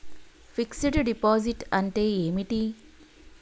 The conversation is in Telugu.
ఫిక్స్ డ్ డిపాజిట్ అంటే ఏమిటి?